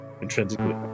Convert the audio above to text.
intrinsically